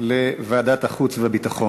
לוועדת החוץ והביטחון.